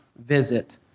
visit